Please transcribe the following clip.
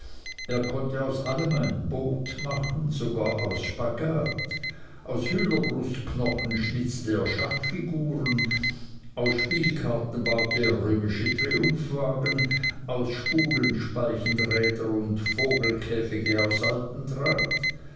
er konnte aus allem ein boot machen sogar aus spagat aus hühnerbrustknochen schnitzte er schachfiguren aus spielkarten baute er römische triumphwagen aus spulen speichenräder und vogelkäfige aus altem draht